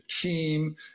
team